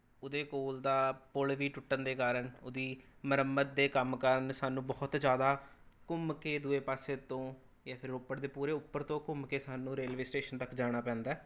ਉਹਦੇ ਕੋਲ ਦਾ ਪੁਲ ਵੀ ਟੁੱਟਣ ਦੇ ਕਾਰਨ ਉਹਦੀ ਮੁਰੰਮਤ ਦੇ ਕੰਮ ਕਾਰਨ ਸਾਨੂੰ ਬਹੁਤ ਜ਼ਿਆਦਾ ਘੁੰਮ ਕੇ ਦੂਜੇ ਪਾਸੇ ਤੋਂ ਜਾਂ ਫਿਰ ਰੋਪੜ ਦੇ ਪੂਰੇ ਉੱਪਰ ਤੋਂ ਘੁੰਮ ਕੇ ਸਾਨੂੰ ਰੇਲਵੇ ਸਟੇਸ਼ਨ ਤੱਕ ਜਾਣਾ ਪੈਂਦਾ